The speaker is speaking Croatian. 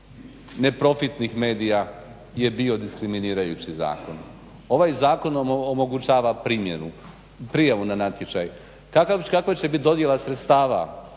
neprofitnih medija je bio diskriminirajući zakon. Ovaj zakon omogućava prijavu na natječaj. Kakva će bit dodjela sredstava,